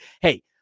hey